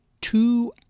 two